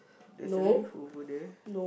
there's a leaf over there